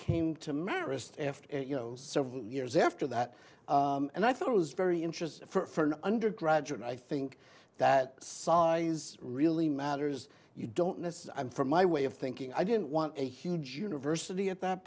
came to merest you know several years after that and i thought it was very interesting for an undergraduate i think that size really matters you don't know for my way of thinking i didn't want a huge university at that